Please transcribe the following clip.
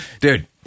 dude